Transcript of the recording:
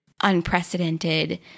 unprecedented